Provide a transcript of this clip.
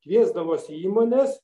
kviesdavosi įmones